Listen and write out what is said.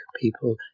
people